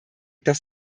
dass